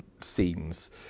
scenes